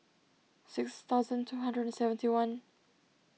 six thousand two hundred and seventy one